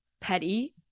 petty